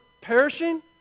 perishing